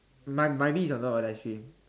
my my bee is on top of that tree